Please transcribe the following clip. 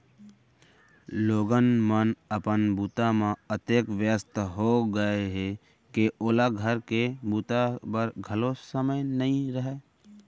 लोगन मन अपन बूता म अतेक बियस्त हो गय हें के ओला घर के बूता बर घलौ समे नइ रहय